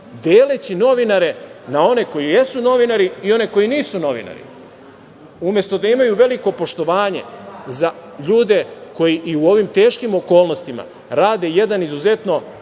deleći novinare na one koji jesu novinari i one koji nisu novinari, umesto da imaju veliko poštovanje za ljude koji i u ovim teškim okolnostima rade jedan izuzetno